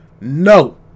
No